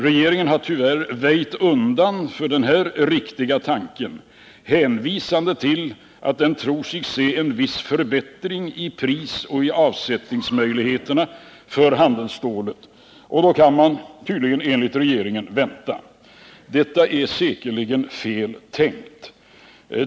Regeringen har tyvärr väjt undan för denna riktiga tanke, hänvisande till att man tror sig se en viss förbättring i priser och avsättningsmöjligheter för handelsstålet, och då kan de enligt regeringen vänta. Detta är säkerligen fel tänkt.